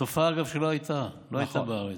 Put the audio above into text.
תופעה, אגב, שלא הייתה, לא הייתה בארץ.